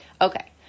Okay